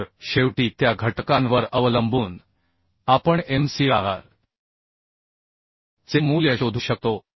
तर शेवटी त्या घटकांवर अवलंबून आपण mcr चे मूल्य शोधू शकतो